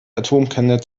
atomkerne